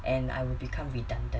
and I will become redundant